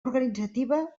organitzativa